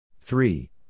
Three